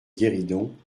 guéridon